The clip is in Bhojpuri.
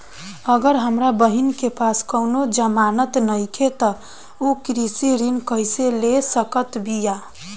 अगर हमार बहिन के पास कउनों जमानत नइखें त उ कृषि ऋण कइसे ले सकत बिया?